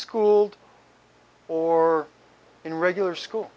schooled or in regular school